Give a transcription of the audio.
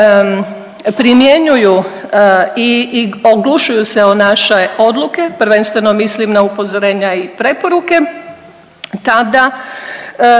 primjenjuju i oglušuju se o naše odluke, prvenstveno mislim na upozorenja i preporuke, tada